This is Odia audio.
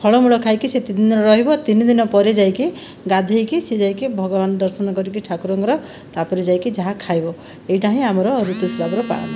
ଫଳମୂଳ ଖାଇକି ସେ ତିନି ଦିନ ରହିବ ତିନି ଦିନ ପରେ ଯାଇକି ଗାଧୋଇକି ସେ ଯାଇକି ଭଗବାନ ଦର୍ଶନ କରିକି ଠାକୁରଙ୍କର ତା'ପରେ ଯାଇକି ଯାହା ଖାଇବ ଏଇଟା ହିଁ ଆମର ଋତୁସ୍ରାବର ପାଳନ